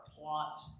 plot